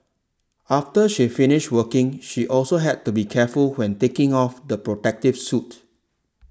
after she finished working she also had to be careful when taking off the protective suit